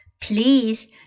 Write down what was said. please